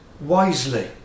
wisely